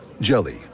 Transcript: Jelly